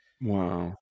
Wow